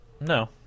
No